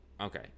okay